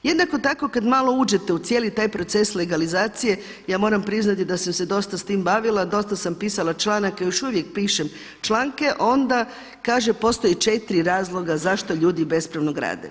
Jednako tako kad malo uđete u cijeli taj proces legalizacije ja moram priznati da sam se dosta s time bavila, dosta sam pisala članaka i još uvijek pišem članke onda kaže postoji četiri razloga zašto ljudi bespravno grade.